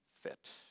fit